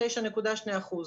29.2 אחוזים.